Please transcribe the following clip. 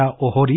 Ohori